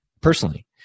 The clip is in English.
personally